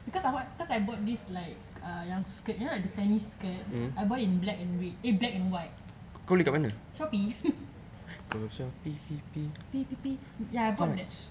because I want because I bought this like yang skirt you know the tennis skirt I bought in black and red eh black and white Shopee pee pee pee ya I bought that